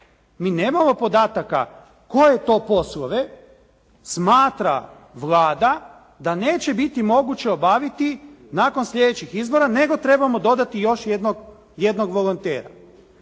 Mi nemamo podataka koje to poslove smatra Vlada da neće biti moguće obaviti nakon sljedećih izbora nego trebamo dodati još jednog volontera.